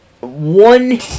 One